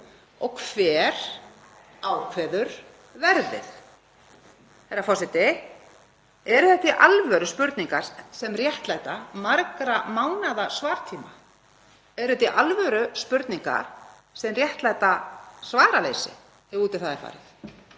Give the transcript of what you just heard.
Og hver ákveður verðið? Herra forseti. Eru þetta í alvöru spurningar sem réttlæta margra mánaða svartíma? Eru þetta í alvöru spurningar sem réttlæta svaraleysi ef út í það er farið?